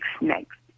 next